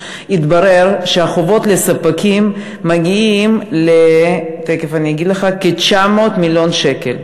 התברר שהחובות לספקים מגיעים לכ-900 מיליון שקלים.